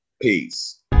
Peace